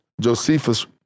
Josephus